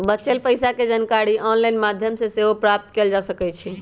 बच्चल पइसा के जानकारी ऑनलाइन माध्यमों से सेहो प्राप्त कएल जा सकैछइ